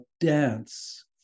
dance